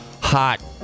hot